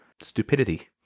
stupidity